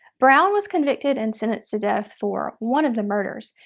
brown was convicted and sentenced to death for one of the murders.